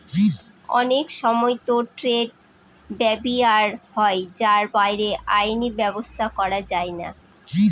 অনেক সময়তো trade barrier হয় যার বাইরে আইনি ব্যাবস্থা করা যায়না